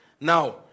Now